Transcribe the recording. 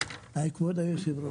ראש,